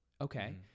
Okay